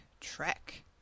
Trek